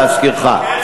להזכירך.